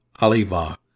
Aliva